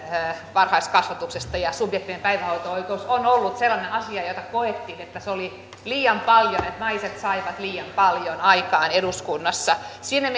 varhaiskasvatuksesta ja subjektiivinen päivähoito oikeus on ollut sellainen asia josta koettiin että se oli liian paljon että naiset saivat liian paljon aikaan eduskunnassa siinä